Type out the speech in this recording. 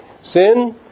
Sin